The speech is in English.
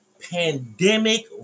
pandemic